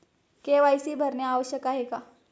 KYC भरणे आवश्यक आहे का?